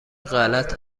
غلط